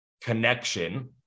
connection